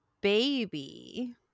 Baby